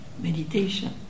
meditation